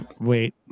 Wait